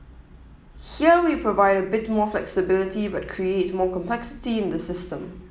here we provide a bit more flexibility but create more complexity in the system